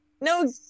no